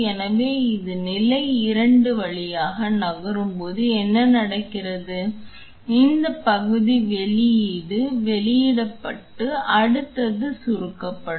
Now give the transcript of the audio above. எனவே அது நிலை 2 வழியாக நகரும்போது என்ன நடக்கிறது இந்த பகுதி வெளியீடு வெளியிடப்பட்டு அடுத்தது சுருக்கப்படும்